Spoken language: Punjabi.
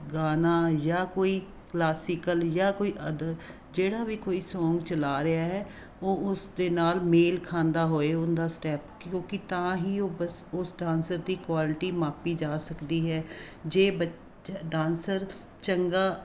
ਗਾਣਾ ਜਾਂ ਕੋਈ ਕਲਾਸਿਕਲ ਜਾਂ ਕੋਈ ਅਦਰ ਜਿਹੜਾ ਵੀ ਕੋਈ ਸੋਂਗ ਚਲਾ ਰਿਹਾ ਹੈ ਉਹ ਉਸ ਦੇ ਨਾਲ ਮੇਲ ਖਾਂਦਾ ਹੋਵੇ ਉਹਦਾ ਸਟੈਪ ਕਿਉਂਕਿ ਤਾਂ ਹੀ ਉਹ ਬਸ ਉਸ ਡਾਂਸਰ ਦੀ ਕੁਆਲਿਟੀ ਮਾਪੀ ਜਾ ਸਕਦੀ ਹੈ ਜੇ ਬੱਚ ਡਾਂਸਰ ਚੰਗਾ